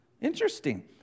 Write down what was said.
Interesting